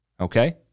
okay